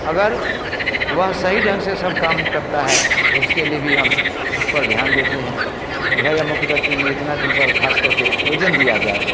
अगर वह सही ढंग से सब काम करता है तो उसके लिए भी हम उस पर ध्यान देते हैं कि भाई अमुक व्यक्ति ने इतना तुम पर ख़ास करके योजन दिया जाए